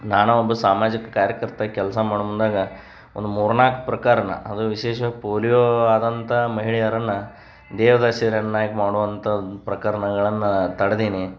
ನಾನು ಒಬ್ಬ ಸಾಮಾಜಿಕ ಕಾರ್ಯಕರ್ತಾಗಿ ಕೆಲಸ ಮಾಡೋ ಮುಂದಾಗ ಒಂದು ಮೂರು ನಾಲ್ಕು ಪ್ರಕರಣ ಅದು ವಿಶೇಷ್ವಾಗಿ ಪೋಲಿಯೋ ಆದಂಥ ಮಹಿಳೆಯರನ್ನು ದೇವ್ದಾಸಿಯರನ್ನಾಗಿ ಮಾಡುವಂಥ ಪ್ರಕರ್ಣಗಳನ್ನು ತಡ್ದೇನೆ